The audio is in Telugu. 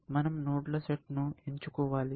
మనం నోడ్ల సెట్ ను ఎంచుకోవాలి